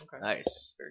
Nice